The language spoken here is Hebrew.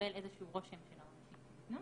לקבל איזה שהוא רושם של העונשים שניתנו.